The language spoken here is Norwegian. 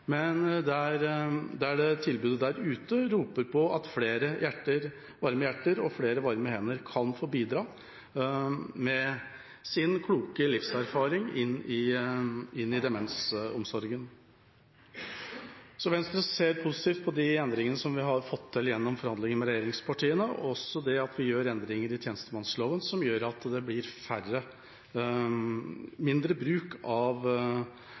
men tilbudet der ute roper etter flere varme hjerter og varme hender som kan få bidra med sin kloke livserfaring inn i demensomsorgen. Venstre ser positivt på de endringene vi har fått til gjennom forhandlingene med regjeringspartiene, og også de endringene vi gjør i tjenestemannsloven, som gjør at det blir mindre bruk av